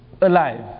alive